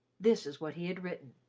this was what he had written